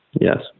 yes